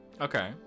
Okay